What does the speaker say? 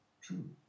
True